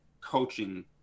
coaching